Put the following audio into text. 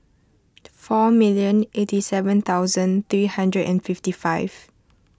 four million eighty seven thousand three hundred and fifty five